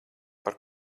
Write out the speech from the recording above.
par